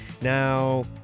Now